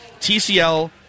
TCL